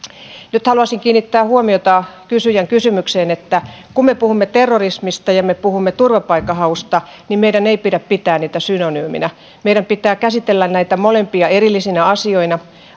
nyt haluaisin kiinnittää huomiota kysyjän kysymykseen kun me puhumme terrorismista ja me puhumme turvapaikanhausta niin meidän ei pidä pitää niitä synonyymeinä meidän pitää käsitellä näitä molempia erillisinä asioina